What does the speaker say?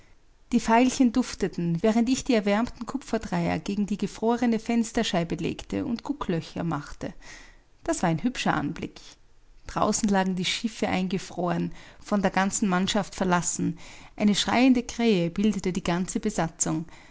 die veilchen dufteten während ich die erwärmten kupferdreier gegen die gefrorene fensterscheibe legte und gucklöcher machte das war ein hübscher anblick draußen lagen die schiffe eingefroren von der ganzen mannschaft verlassen eine schreiende krähe bildete die ganze besatzung